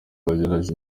warageze